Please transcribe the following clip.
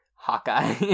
Hawkeye